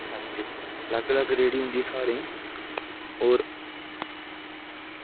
अलग अलग रेह्ड़ी होंदी सारें ई होर